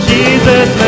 Jesus